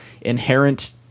inherent